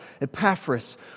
Epaphras